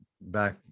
back